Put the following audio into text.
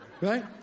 Right